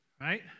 right